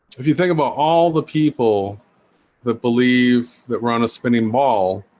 if you think about all the people that believe that we're on a spinning mall